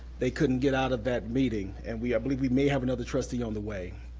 they couldn't get out of that meeting, and we believe we may have another trustee on the way.